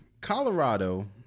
Colorado